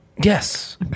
Yes